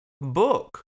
book